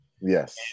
yes